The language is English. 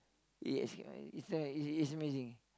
he escape he's uh he's he's amazing